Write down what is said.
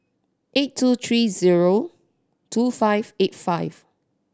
eight two three zero two five eight five